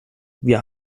wir